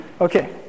Okay